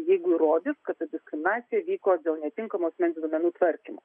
jeigu įrodys kad ta diskriminacija įvyko dėl netinkamo asmens duomenų tvarkymo